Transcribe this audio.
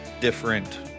Different